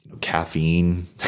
caffeine